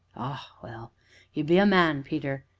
ah, well you be a man, peter,